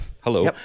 Hello